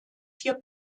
hier